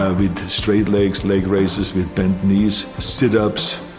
ah we did straight legs, leg raises with bent knees, sit-ups,